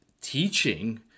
teaching